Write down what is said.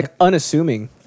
unassuming